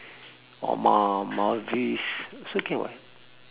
or mal~ maldives also can [what]